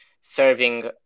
serving